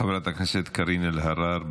חברת הכנסת קארין אלהרר,